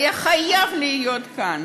היה חייב להיות כאן.